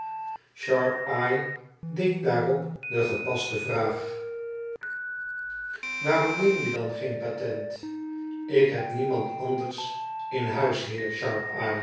deed daarop de gepaste vraag waarom neem je dan geen patent ik heb niemandandersinhuis heer